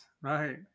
right